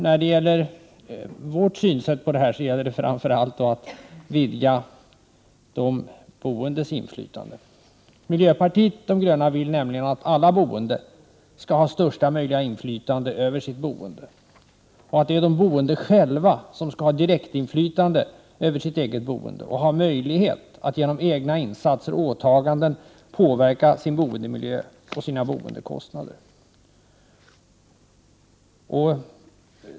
När det gäller miljöpartiets synsätt vill vi framför allt vidga de boendes inflytande. Miljöpartiet de gröna vill nämligen att alla skall ha största möjliga inflytande över sitt boende. Det är de boende själva som skall ha direktinflytande och ha möjlighet att genom egna insatser och åtaganden påverka sin boendemiljö och sina boendekostnader.